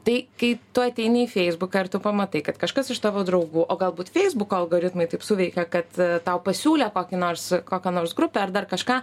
tai kai tu ateini į feisbuką ar tu pamatai kad kažkas iš tavo draugų o galbūt feisbuko algoritmai taip suveikė kad tau pasiūlė kokį nors kokią nors grupę ar dar kažką